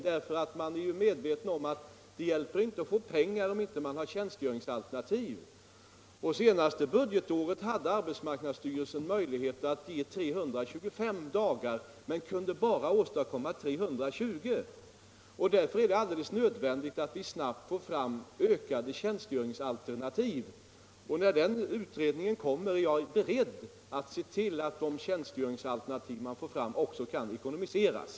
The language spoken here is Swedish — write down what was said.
Man var nämligen medveten om att det inte hjälper att få pengar om man inte har tjänstgöringsalternativ. Det senaste budgetåret hade arbetsmarknadsstyrelsen möjligheter att ge 325 dagar men kunde bara åstadskomma 320. Därför är det alldeles nödvändigt att vi snabbt får fram flera tjänstgöringsalternativ. När utredningens betänkande kommer är jag beredd att se ull att de tjänstgöringsalternativ man får fram också skall ekonomiseras.